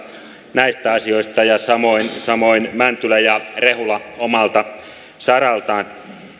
näistä asioista ja samoin samoin mäntylä ja rehula omalta saraltaan